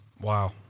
Wow